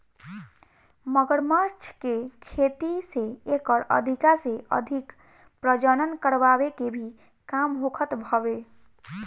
मगरमच्छ के खेती से एकर अधिका से अधिक प्रजनन करवाए के भी काम होखत हवे